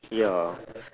ya